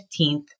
15th